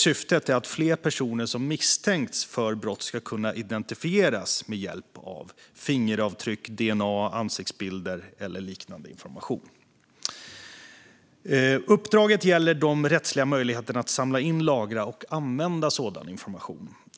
Syftet är att fler personer som misstänks för brott ska kunna identifieras med hjälp av fingeravtryck, dna, ansiktsbilder eller liknande information. Uppdraget gäller de rättsliga möjligheterna att samla in, lagra och använda sådan information.